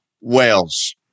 Wales